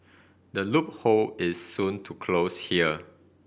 the loophole is soon to close here